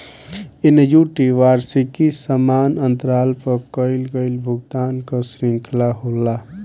annuity वार्षिकी समान अंतराल पअ कईल गईल भुगतान कअ श्रृंखला होला